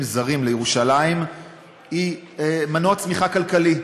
זרים לירושלים היא מנוע צמיחה כלכלי.